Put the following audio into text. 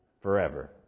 forever